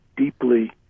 deeply